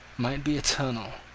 might be eternal.